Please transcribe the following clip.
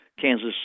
Kansas